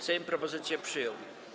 Sejm propozycję przyjął.